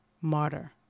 martyr